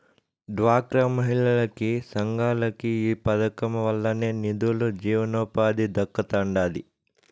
డ్వాక్రా మహిళలకి, సంఘాలకి ఈ పదకం వల్లనే నిదులు, జీవనోపాధి దక్కతండాడి